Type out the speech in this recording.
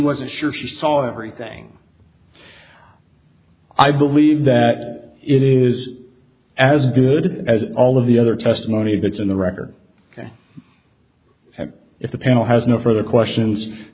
wasn't sure she saw everything i believe that it is as good as all of the other testimony that's in the record ok if the panel has no further questions